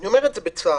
ואני אומר את זה בצער,